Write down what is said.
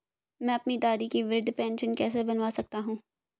मैं अपनी दादी की वृद्ध पेंशन कैसे बनवा सकता हूँ?